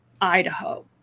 idaho